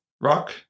Rock